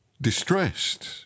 distressed